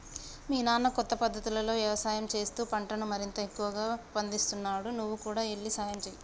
మీ నాన్న కొత్త పద్ధతులతో యవసాయం చేస్తూ పంటను మరింత ఎక్కువగా పందిస్తున్నాడు నువ్వు కూడా ఎల్లి సహాయంచేయి